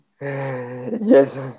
Yes